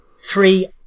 Three